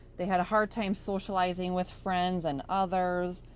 they had a hard time socializing with friends and others.